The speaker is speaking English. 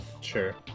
Sure